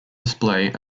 display